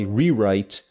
rewrite